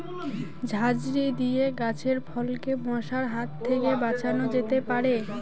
ঝাঁঝরি দিয়ে গাছের ফলকে মশার হাত থেকে বাঁচানো যেতে পারে?